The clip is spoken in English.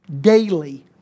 daily